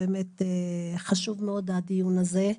באמת חשוב מאוד הדיון הזה.